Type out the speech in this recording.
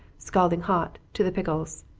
scalding hot to the pickles.